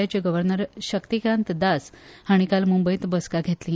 आयचे गर्व्हनर शक्तीकांत दास हाणी काल मुंबयत बसका घेतली